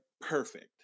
perfect